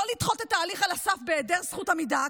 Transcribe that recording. לא לדחות את ההליך על הסף בהיעדר זכות עמידה,